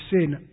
sin